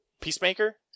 peacemaker